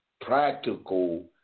practical